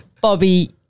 Bobby